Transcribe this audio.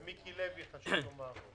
ומיקי לוי, חשוב לומר זאת.